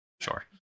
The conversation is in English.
sure